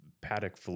paddock